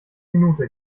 minute